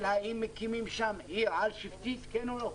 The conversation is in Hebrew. ואם מקימים שם עיר על שבטית, כן או לא.